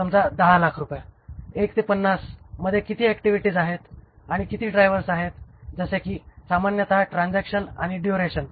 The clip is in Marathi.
समजा 10 लाख रुपये 1 ते 50 मध्ये किती ऍक्टिव्हिटीज आहेत आणि किती ड्रायव्हर्स आहेत जसे की सामान्यत ट्रान्झॅक्शन आणि ड्युरेशन